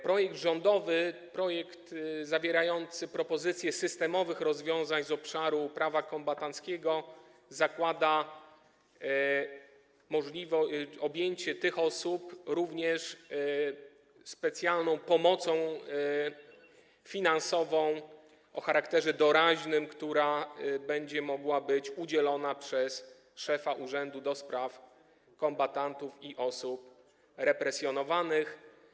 Projekt rządowy zawierający propozycje systemowych rozwiązań z obszaru prawa kombatanckiego zakłada objęcie tych osób również specjalną pomocą finansową o charakterze doraźnym, która będzie mogła być udzielona przez szefa Urzędu do Spraw Kombatantów i Osób Represjonowanych.